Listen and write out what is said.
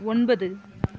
ஒன்பது